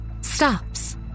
Stops